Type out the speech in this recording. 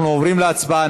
אנחנו עוברים להצבעה.